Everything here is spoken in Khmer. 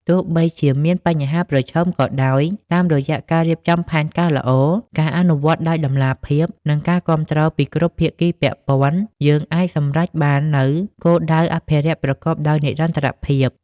ទោះបីជាមានបញ្ហាប្រឈមក៏ដោយ តាមរយៈការរៀបចំផែនការល្អ ការអនុវត្តដោយតម្លាភាព និងការគាំទ្រពីគ្រប់ភាគីពាក់ព័ន្ធ យើងអាចសម្រេចបាននូវគោលដៅអភិរក្សប្រកបដោយនិរន្តរភាព។